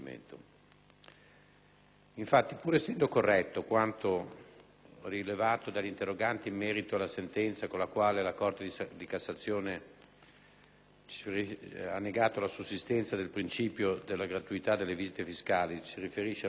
Infatti, pur essendo corretto quanto rilevato dagli interroganti in merito alla sentenza con la quale la Corte di cassazione ha negato la sussistenza del principio della gratuità delle visite fiscali (ci si riferisce alla